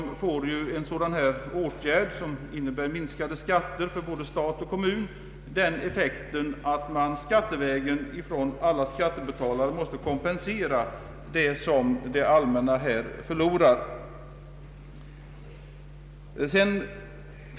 En dylik åtgärd, som innebär minskad skatt för både stat och kommun, får också den effekten att alla skattebetalare skattevägen måste kompensera vad det allmänna förlorar.